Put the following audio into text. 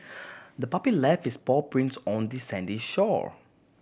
the puppy left its paw prints on the sandy shore